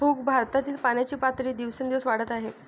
भूगर्भातील पाण्याची पातळी दिवसेंदिवस वाढत आहे